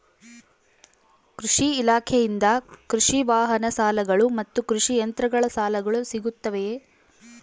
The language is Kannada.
ಕೃಷಿ ಇಲಾಖೆಯಿಂದ ಕೃಷಿ ವಾಹನ ಸಾಲಗಳು ಮತ್ತು ಕೃಷಿ ಯಂತ್ರಗಳ ಸಾಲಗಳು ಸಿಗುತ್ತವೆಯೆ?